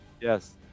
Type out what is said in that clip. Yes